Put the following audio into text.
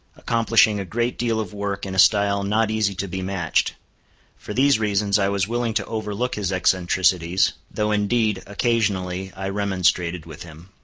accomplishing a great deal of work in a style not easy to be matched for these reasons, i was willing to overlook his eccentricities, though indeed, occasionally, i remonstrated with him.